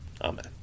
Amen